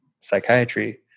psychiatry